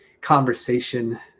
conversation